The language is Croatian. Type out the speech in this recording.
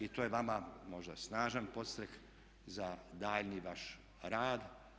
I to je vama možda snažan podstrek za daljnji vaš rad.